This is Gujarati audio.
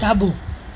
ડાબું